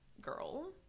girl